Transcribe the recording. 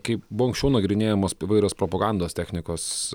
kaip buvo anksčiau nagrinėjamos įvairios propagandos technikos